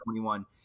21